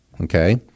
okay